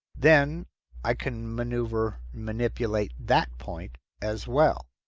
then i can manipulate manipulate that point as well.